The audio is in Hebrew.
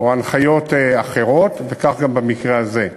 או הנחיות אחרות, וכך גם במקרה הזה.